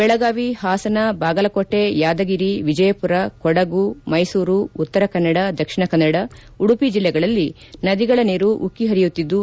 ಬೆಳಗಾವಿ ಹಾಸನ ಬಾಗಲಕೋಟೆ ಯಾದಗಿರಿ ವಿಜಯಮರ ಕೊಡಗು ಮೈಸೂರು ಉತ್ತರಕನ್ನಡ ದಕ್ಷಿಣ ಕನ್ನಡ ಉಡುಪಿ ಜಿಲ್ಲೆಗಳಲ್ಲಿ ನದಿಗಳ ನೀರು ಉಕ್ಕ ಹರಿಯುತ್ತಿದ್ದು